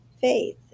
faith